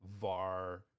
var